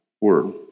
word